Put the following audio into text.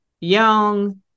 young